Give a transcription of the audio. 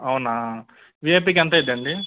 అవునా విఐపీకి ఎంత అయిద్దండి